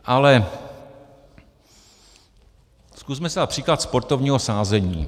Ale zkusme příklad sportovního sázení.